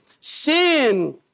sin